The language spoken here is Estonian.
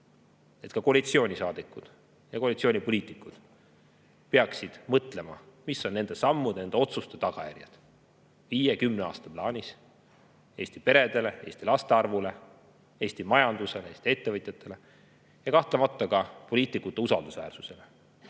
et ka koalitsioonisaadikud, koalitsioonipoliitikud peaksid mõtlema, mis on nende sammude, nende otsuste tagajärjed 5–10 aasta plaanis Eesti peredele, Eesti laste arvule, Eesti majandusele, Eesti ettevõtjatele ja kahtlemata ka poliitikute usaldusväärsusele.